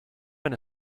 been